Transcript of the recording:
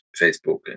Facebook